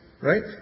right